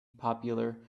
popular